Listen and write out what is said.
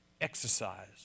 exercise